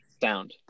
sound